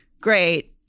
great